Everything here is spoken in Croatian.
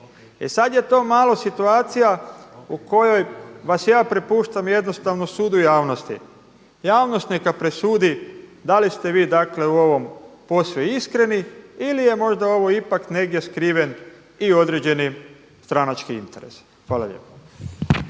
E sad je to malo situacija u kojoj vas ja prepuštam jednostavno sudu javnosti. Javnost neka presudi da li ste vi dakle u ovom posve iskreni ili je možda ovo ipak negdje skriven i određeni stranački interes. Hvala lijepa.